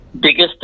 biggest